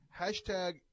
hashtag